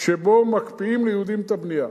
שבו מקפיאים ליהודים את הבנייה,